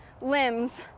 limbs